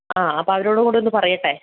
ആ അപ്പോൾ അവരോട് കൂടി ഒന്ന് പറയട്ടെ